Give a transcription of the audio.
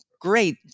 great